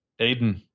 Aiden